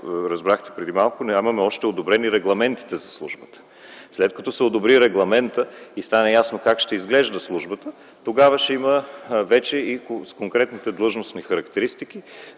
разбрахте преди малко, нямаме още одобрени регламентите за службата. След като се одобри регламентът и стане ясно как ще изглежда службата, тогава ще има вече и конкретните длъжностни характеристики